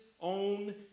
own